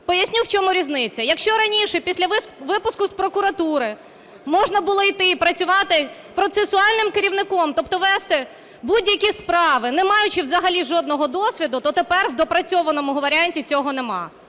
Поясню в чому різниця. Якщо раніше після випуску з прокуратури можна було йти і працювати процесуальним керівником, тобто вести будь-які справи, не маючи взагалі жодного досвіду, то тепер в доопрацьованому варіанті цього немає.